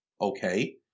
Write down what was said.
okay